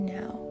now